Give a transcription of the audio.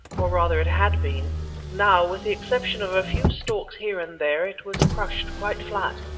or rather it had been now, with the exception of a few stalks here and there, it was crushed quite flat.